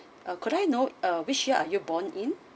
ah could I know uh which year are you born in